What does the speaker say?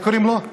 איך קוראים לו?